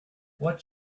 what